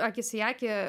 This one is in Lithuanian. akis į akį